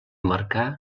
marcà